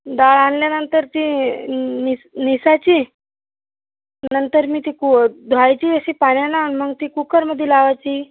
डाळ आणल्यानंतर ती निस निसायची नंतर मी ती धुवायची अशी पाण्यानं आणि मग ती कुकरमध्ये लावायची